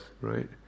right